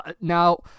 Now